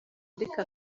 ariko